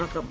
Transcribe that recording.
തുറക്കും